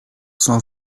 cent